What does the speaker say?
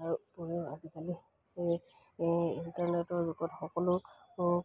তাৰ উপৰিও আজিকালি এই ইণ্টাৰনেটৰ যুগত সকলো